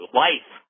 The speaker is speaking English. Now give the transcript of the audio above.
life